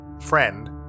friend